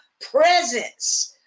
presence